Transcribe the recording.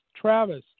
Travis